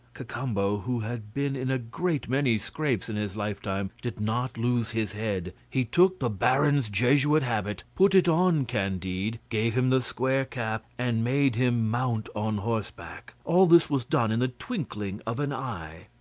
cacambo, who had been in a great many scrapes in his lifetime, did not lose his head he took the baron's jesuit habit, put it on candide, gave him the square cap, and made him mount on horseback. all this was done in the twinkling of an eye.